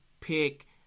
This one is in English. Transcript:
pick